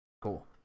cool